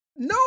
No